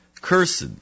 cursed